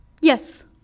Yes